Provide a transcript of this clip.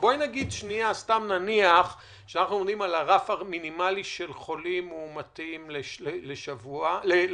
נניח שאנחנו עומדים על רף מינימלי של חולים מאומתים ליום,